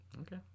Okay